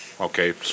Okay